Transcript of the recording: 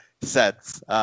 sets